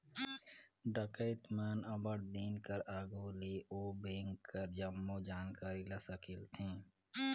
डकइत मन अब्बड़ दिन कर आघु ले ओ बेंक कर जम्मो जानकारी ल संकेलथें